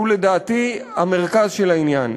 שהוא לדעתי המרכז של העניין.